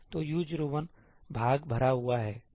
तो U01 भाग भरा हुआ है